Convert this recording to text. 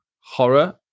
horror